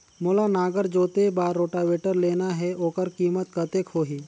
मोला नागर जोते बार रोटावेटर लेना हे ओकर कीमत कतेक होही?